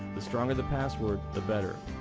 the stronger the password, the better.